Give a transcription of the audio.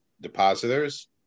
depositors